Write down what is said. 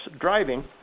driving